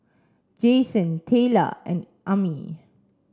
Jayson Tayla and Ami